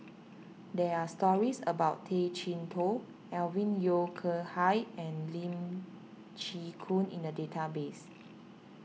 there are stories about Tay Chee Toh Alvin Yeo Khirn Hai and Lee Chin Koon in the database